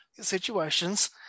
situations